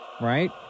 right